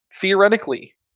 theoretically